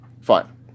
Fine